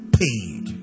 paid